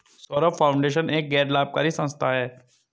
Saurabh foundation एक गैर लाभकारी संस्था है